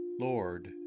Lord